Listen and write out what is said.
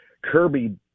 Kirby